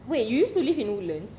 wait you used to live in woodlands